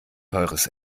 teures